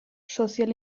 sozial